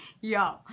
Yo